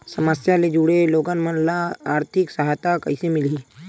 समस्या ले जुड़े लोगन मन ल आर्थिक सहायता कइसे मिलही?